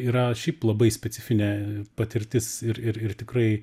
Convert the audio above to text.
yra šiaip labai specifinė patirtis ir ir ir tikrai